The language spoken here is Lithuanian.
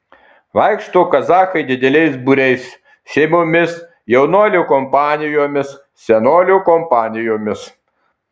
vaikšto kazachai dideliais būriais šeimomis jaunuolių kompanijomis senolių kompanijomis